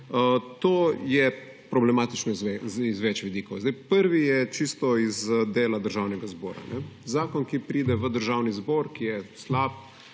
To je problematično z več vidikov. Prvi je čisto iz dela Državnega zbora. Zakon, ki pride v Državni zbor, ki je slab,